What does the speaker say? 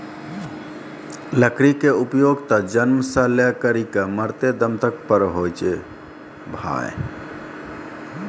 लकड़ी के उपयोग त जन्म सॅ लै करिकॅ मरते दम तक पर होय छै भाय